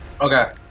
Okay